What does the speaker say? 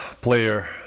player